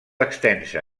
extensa